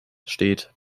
steht